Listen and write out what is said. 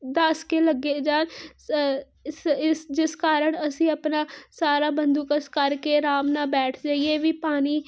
ਦੱਸ ਕੇ ਲੱਗੇ ਜਾਂ ਸ ਇਸ ਜਿਸ ਕਾਰਨ ਅਸੀਂ ਆਪਣਾ ਸਾਰਾ ਬੰਦੋਬਸਤ ਕਰਕੇ ਅਰਾਮ ਨਾਲ ਬੈਠ ਜਾਈਏ ਵੀ ਪਾਣੀ